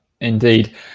indeed